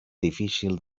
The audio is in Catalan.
difícil